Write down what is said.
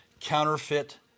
counterfeit